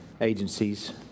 agencies